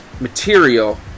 material